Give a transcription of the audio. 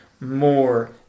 more